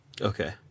Okay